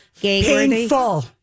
painful